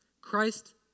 Christ